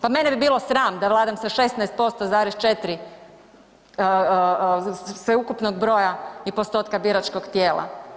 Pa mene bi bilo sram da vladam sa 16,4% sveukupnog broja i postotka biračkog tijela.